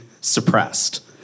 suppressed